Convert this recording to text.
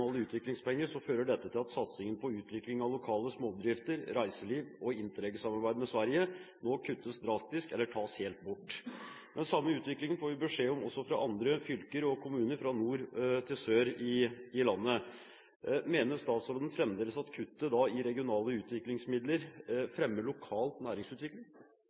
utviklingspenger. Dette fører til at satsingen på utvikling av lokale småbedrifter, reiseliv og Interreg-samarbeidet med Sverige nå kuttes drastisk eller tas helt bort. Den samme utviklingen får vi beskjed om også fra andre fylker og kommuner, fra nord til sør i landet. Mener statsråden fremdeles at kuttet i regionale utviklingsmidler fremmer lokal næringsutvikling?